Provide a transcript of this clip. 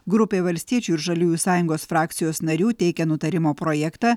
grupė valstiečių ir žaliųjų sąjungos frakcijos narių teikia nutarimo projektą